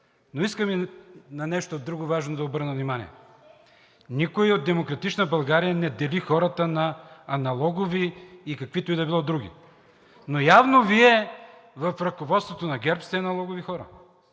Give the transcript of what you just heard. Но искам и на нещо друго важно да обърна внимание. Никой от „Демократична България“ не дели хората на аналогови и каквито и да било други. Но явно Вие в ръководството на ГЕРБ сте аналогови хора,